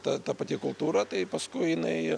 ta ta pati kultūra tai paskui jinai